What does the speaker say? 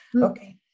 Okay